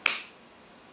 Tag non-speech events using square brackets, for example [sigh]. [noise]